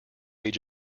age